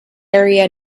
area